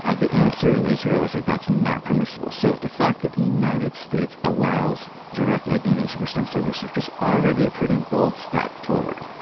ah the answer in israel is that that's not permissible. so the fact that the united states allows direct egg donation for stem cell research is already a pretty bold step forward.